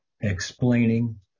explaining